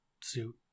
suit